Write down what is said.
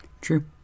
True